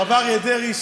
הרב אריה דרעי,